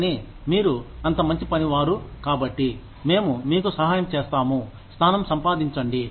కానీ మీరు అంత మంచి పని వారు కాబట్టి మేము మీకు సహాయం చేస్తాము స్థానం సంపాదించండి